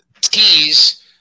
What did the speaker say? tease